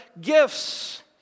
gifts